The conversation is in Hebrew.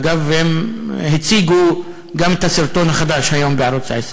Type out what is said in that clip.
אגב, הם הציגו גם את הסרטון החדש בערוץ 10,